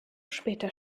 später